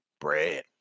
Bread